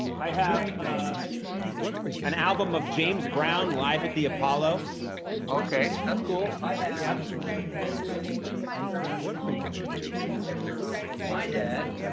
i have ah an album of james brown live at the apollo. stephen okay, that's cool. i have this is a picture is a picture of of my dad.